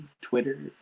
Twitter